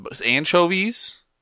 anchovies